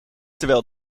terwijl